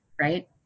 right